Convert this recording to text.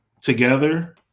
together